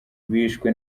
bishwe